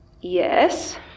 Yes